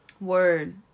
Word